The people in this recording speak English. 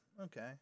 okay